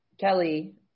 Kelly